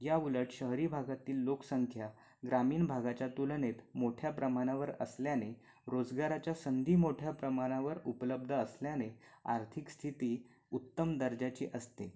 या उलट शहरी भागातील लोकसंख्या ग्रामीण भागाच्या तुलनेत मोठ्या प्रमाणावर असल्याने रोजगाराच्या संधी मोठ्या प्रमानावर उपलब्द असल्याने आर्थिक स्थिती उत्तम दर्जाची असते